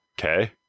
Okay